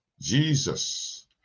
Jesus